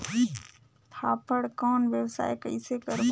फाफण कौन व्यवसाय कइसे करबो?